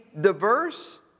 diverse